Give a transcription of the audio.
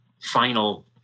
final